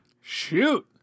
Shoot